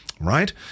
right